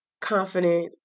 confident